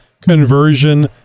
conversion